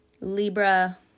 Libra